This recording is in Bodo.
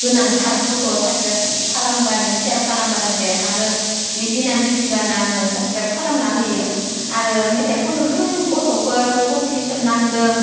गोनां गथ' साबसक्राइब खालामब्लानो शेयार खालामब्लानो देरहागोन बेदि होनना मिथिब्लानो आङो साबसक्राइब खालामना होयो आरो मेथाइ खननो गोरों गथ'फोर कमपेटिसन नांदों